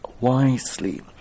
wisely